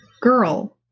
girl